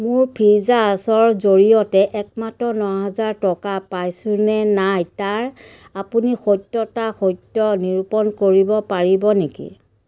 মোৰ ফ্ৰীজাচৰ জৰিয়তে একমাত্ৰ নহাজাৰ টকা পাইছোঁনে নাই তাৰ আপুনি সত্যতা সত্য নিৰূপণ কৰিব পাৰিব নেকি